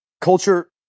culture